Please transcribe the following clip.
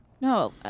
No